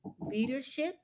Leadership